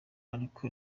ariko